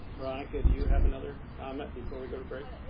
veronica, do you have another comment before we go to break.